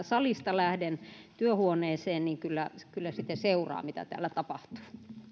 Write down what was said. salista lähden työhuoneeseeni niin kyllä kyllä sitä seuraan mitä täällä tapahtuu